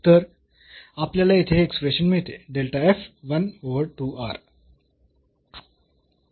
तर आपल्याला येथे हे एक्सप्रेशन मिळते 1 ओव्हर 2 r